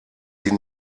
sie